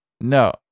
no